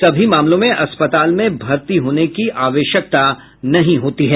सभी मामलों में अस्पताल में भर्ती होने की आवश्यकता नहीं होती है